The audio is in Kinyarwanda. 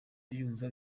yumva